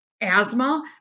asthma